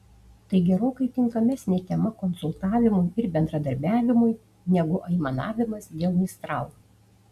tai gerokai tinkamesnė tema konsultavimui ir bendradarbiavimui negu aimanavimas dėl mistral